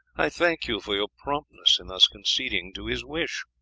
i thank you for your promptness in thus conceding to his wish.